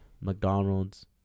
McDonald's